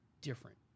Different